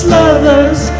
lovers